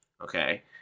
Okay